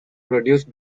produced